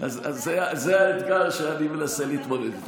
אז זה האתגר שאני מנסה להתמודד איתו.